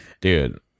Dude